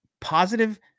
positive